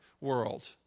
world